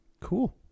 cool